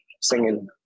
singing